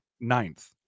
ninth